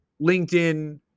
LinkedIn